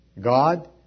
God